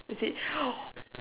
is it